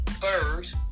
Bird